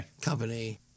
company